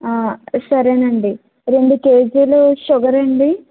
సరేనండి రెండు కేజీలు షుగర్ అండి